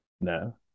no